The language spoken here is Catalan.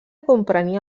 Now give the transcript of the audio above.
comprenia